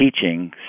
teaching